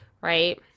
right